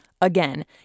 Again